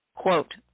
Quote